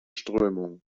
strömung